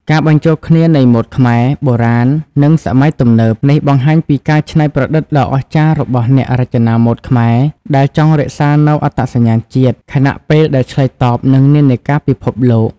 ការបញ្ចូលគ្នានៃម៉ូដខ្មែរ បុរាណ និងសម័យទំនើប នេះបង្ហាញពីការច្នៃប្រឌិតដ៏អស្ចារ្យរបស់អ្នករចនាម៉ូដខ្មែរ ដែលចង់រក្សានូវអត្តសញ្ញាណជាតិ ខណៈពេលដែលឆ្លើយតបនឹងនិន្នាការពិភពលោក។